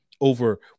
over